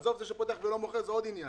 עזוב, זה שפותח ולא מוכר זה עוד עניין.